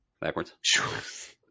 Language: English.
backwards